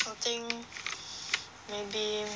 I think may~ maybe